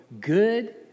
good